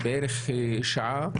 בערך שעה,